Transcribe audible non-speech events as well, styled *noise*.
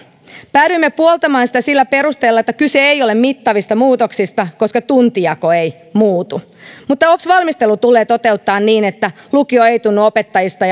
päädyimme puoltamaan sitä sillä perusteella että kyse ei ole mittavista muutoksista koska tuntijako ei muutu mutta ops valmistelu tulee toteuttaa niin että lukio ei tunnu opettajista *unintelligible*